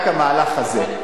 רק המהלך הזה.